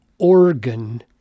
organ